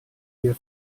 wir